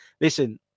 listen